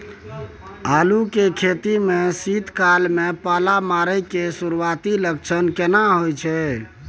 आलू के खेती में शीत काल में पाला मारै के सुरूआती लक्षण केना होय छै?